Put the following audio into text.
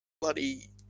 bloody